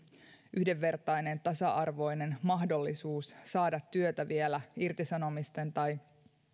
yhdenvertainen tasa arvoinen mahdollisuus saada työtä vielä irtisanomisten tai